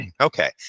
okay